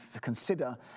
consider